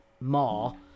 more